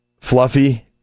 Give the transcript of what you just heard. Fluffy